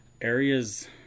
areas